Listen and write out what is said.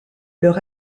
leur